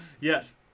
Yes